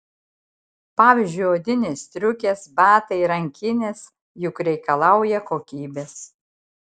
pavyzdžiui odinės striukės batai rankinės juk reikalauja kokybės